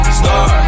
star